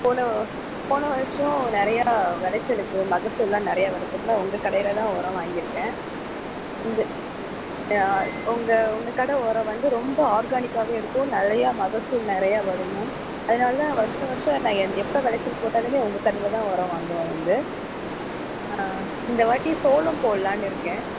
போன போன வருஷோம் நிறையா விளச்சலுக்கு மகசூல்லாம் நிறையா வரதுக்குலாம் உங்கள் கடையில் தான் உரோம் வாங்கிருக்கேன் இந்த உங்கள் உங்கள் கடை உங்கள் வந்து ரொம்ப ஆர்கானிக்காவே இருக்கும் நிறையா மகசூல் நிறையா வரும் மேம் அதனால வருடம் வருடம் நான் எந் எப்போ விளச்சல் போட்டாலுமே உங்க கடையில் தான் உரம் வாங்குவேன் வந்து இந்தவாட்டி சோளம் போட்லான்னு இருக்கேன்